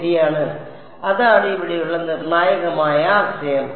ശരിയാണ് അതാണ് ഇവിടെയുള്ള നിർണായകമായ ആശയം